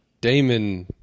Damon